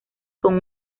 con